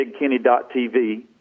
bigkenny.tv